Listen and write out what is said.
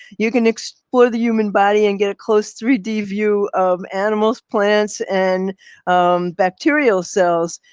you can explore the human body and get a close three d view of animals, plants and bacterial cells.